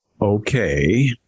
okay